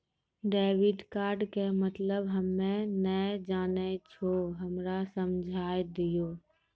Debit card के मतलब हम्मे नैय जानै छौ हमरा समझाय दियौ?